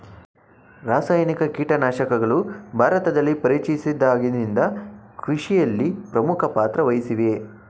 ರಾಸಾಯನಿಕ ಕೀಟನಾಶಕಗಳು ಭಾರತದಲ್ಲಿ ಪರಿಚಯಿಸಿದಾಗಿನಿಂದ ಕೃಷಿಯಲ್ಲಿ ಪ್ರಮುಖ ಪಾತ್ರ ವಹಿಸಿವೆ